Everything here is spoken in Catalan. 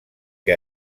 que